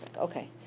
Okay